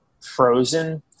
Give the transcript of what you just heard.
frozen